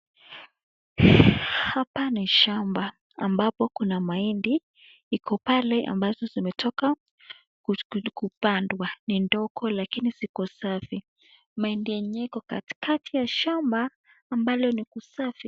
Hapa ni shamba ambapo kuna mahindi. Iko pale ambazo zimetoka kupandwa. Ni ndogo lakini ziko safi. Mahindi yenyewe iko katikati shambi ambalo ni kusafi.